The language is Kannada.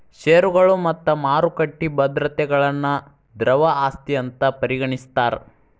ಷೇರುಗಳು ಮತ್ತ ಮಾರುಕಟ್ಟಿ ಭದ್ರತೆಗಳನ್ನ ದ್ರವ ಆಸ್ತಿ ಅಂತ್ ಪರಿಗಣಿಸ್ತಾರ್